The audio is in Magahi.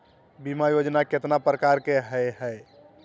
बीमा योजना केतना प्रकार के हई हई?